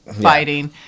fighting